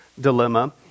dilemma